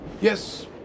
Yes